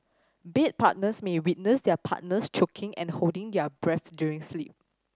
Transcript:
bed partners may witness their partners choking and holding their breath during sleep